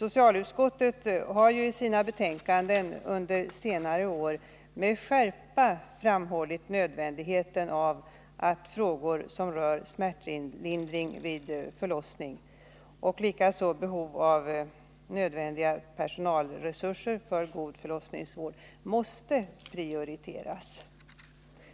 Socialutskottet har ju i sina betänkanden under senare år med skärpa framhållit att frågor som rör smärtlindring vid förlossning och behov av nödvändiga personalresurser för god förlossningsvård måste prioriteras.